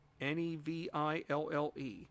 N-E-V-I-L-L-E